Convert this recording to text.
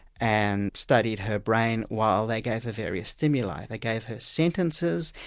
and studied her brain while they gave her various stimuli. they gave her sentences,